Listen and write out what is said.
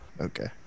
Okay